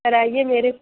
کرائیے میرے